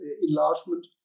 enlargement